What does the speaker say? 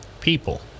people